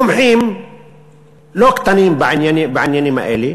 מומחים לא קטנים בעניינים האלה,